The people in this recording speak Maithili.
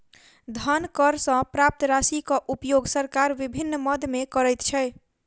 धन कर सॅ प्राप्त राशिक उपयोग सरकार विभिन्न मद मे करैत छै